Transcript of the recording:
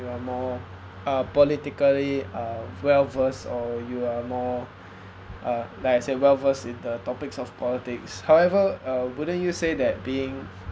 you're more uh politically well versed or you are more uh like I said well versed in the topics of politics however uh wouldn't you say that being